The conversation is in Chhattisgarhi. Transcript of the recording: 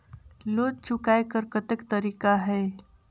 लोन चुकाय कर कतेक तरीका है?